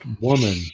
woman